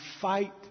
fight